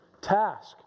task